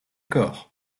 corps